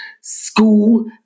school